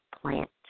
plant